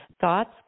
thoughts